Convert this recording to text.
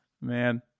Man